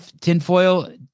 tinfoil